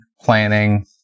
planning